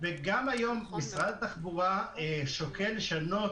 גם היום משרד התחבורה שוקל לשנות,